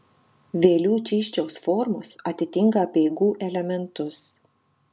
vėlių čysčiaus formos atitinka apeigų elementus